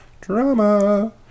Drama